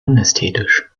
unästhetisch